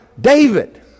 David